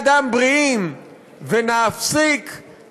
נחמן שי, בעלות כוללת של מיליארד ש"ח.